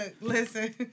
listen